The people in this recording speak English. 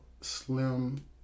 slim